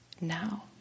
now